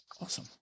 Awesome